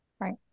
Right